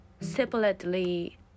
separately